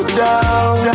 down